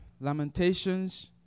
Lamentations